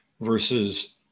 versus